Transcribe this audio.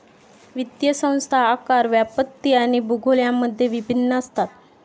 वित्तीय संस्था आकार, व्याप्ती आणि भूगोल यांमध्ये भिन्न असतात